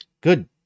good